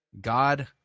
God